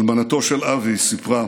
אלמנתו של אבי, סיפרה: